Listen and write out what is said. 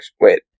Wait